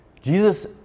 Jesus